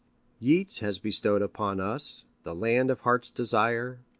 yeats has bestowed upon us the land of heart's desire,